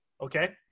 Okay